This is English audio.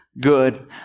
Good